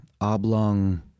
oblong